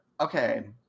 Okay